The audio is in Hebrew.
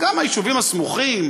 גם היישובים הסמוכים,